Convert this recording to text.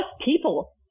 people